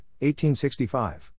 1865